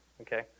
okay